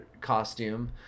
costume